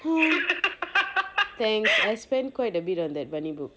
thanks I spend quite a bit on that bunnyy book